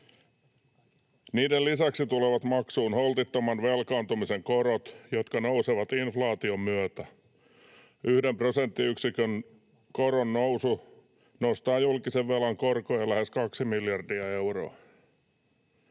Niiden lisäksi tulevat maksuun holtittoman velkaantumisen korot, jotka nousevat inflaation myötä. Yhden prosenttiyksikön koronnousu nostaa julkisen velan korkoja lähes 2 miljardia euroa.